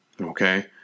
Okay